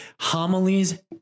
Homilies